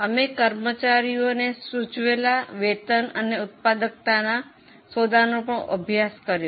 અમે કર્મચારીઓને સૂચવેલા વેતન અને ઉત્પાદકતાના સોદાનો પણ અભ્યાસ કર્યો